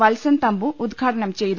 വത്സൻ തംബു ഉദ്ഘാടനം ചെയ്തു